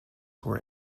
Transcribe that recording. were